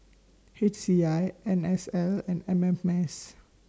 H C I N S L and M M S